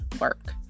work